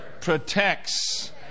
protects